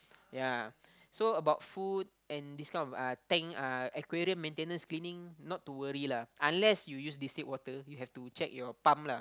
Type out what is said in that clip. ya so about food and this kind of uh tank uh aquarium maintenance cleaning not to worry lah unless you use distilled water you have to check your pump lah